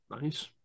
nice